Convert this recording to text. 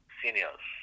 seniors